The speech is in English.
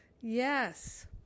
Yes